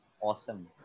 awesome